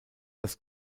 das